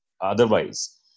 otherwise